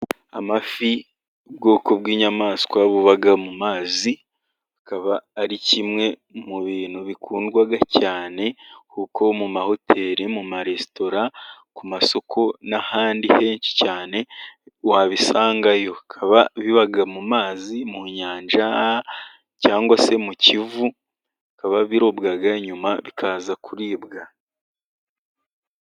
Amafi, ubwoko bw'inyamaswa buba mu mazi, akaba ari kimwe mu bintu bikundwa cyane, kuko mu mahoteli, mu maresitora, ku masoko n'ahandi henshi cyane wabisangayo. Bikaba biba mu mazi, mu nyanja cyangwa se mu Kivu, bikaba birobwa nyuma bikaza kuribwa.